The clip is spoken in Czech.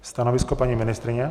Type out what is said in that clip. Stanovisko paní ministryně?